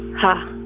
huh.